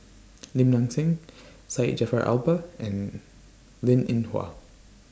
Lim Nang Seng Syed Jaafar Albar and Linn in Hua